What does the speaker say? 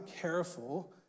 careful